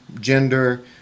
gender